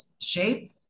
shape